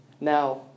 Now